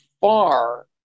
far